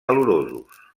calorosos